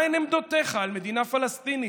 מהן עמדותיך על מדינה פלסטינית,